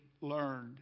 learned